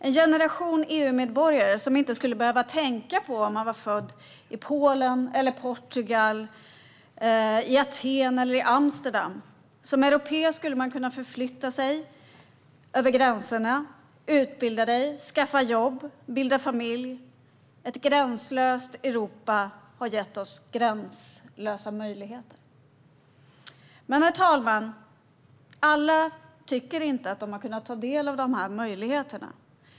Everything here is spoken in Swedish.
En ny generation EU-medborgare skulle inte behöva tänka på om man var född i Polen eller Portugal, i Aten eller Amsterdam. Som europé skulle man kunna förflytta sig över gränserna, utbilda sig, skaffa jobb och bilda familj. Ett gränslöst Europa har gett oss gränslösa möjligheter. Men det är inte alla som tycker att de har kunnat ta del av de möjligheterna.